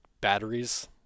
batteries